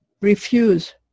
refuse